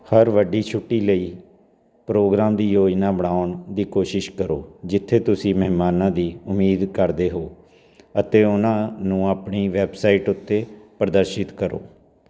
ਹਰ ਵੱਡੀ ਛੁੱਟੀ ਲਈ ਪ੍ਰੋਗਰਾਮ ਦੀ ਯੋਜਨਾ ਬਣਾਉਣ ਦੀ ਕੋਸ਼ਿਸ਼ ਕਰੋ ਜਿੱਥੇ ਤੁਸੀਂ ਮਹਿਮਾਨਾਂ ਦੀ ਉਮੀਦ ਕਰਦੇ ਹੋ ਅਤੇ ਉਨ੍ਹਾਂ ਨੂੰ ਆਪਣੀ ਵੈੱਬਸਾਈਟ ਉੱਤੇ ਪ੍ਰਦਰਸ਼ਿਤ ਕਰੋ